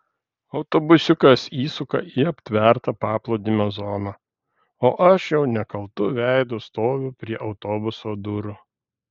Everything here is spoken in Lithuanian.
autobusiukas įsuka į aptvertą paplūdimio zoną o aš jau nekaltu veidu stoviu prie autobuso durų